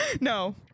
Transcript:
No